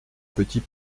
petit